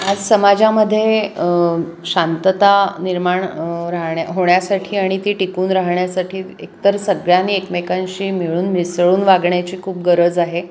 आज समाजामध्ये शांतता निर्माण राहण्या होण्यासाठी आणि ती टिकून राहण्यासाठी एकतर सगळ्यांनी एकमेकांशी मिळून मिसळून वागण्याची खूप गरज आहे